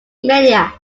media